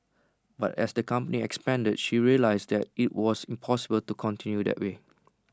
but as the company expanded she realised that IT was impossible to continue that way